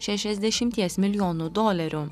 šešiasdešimties milijonų dolerių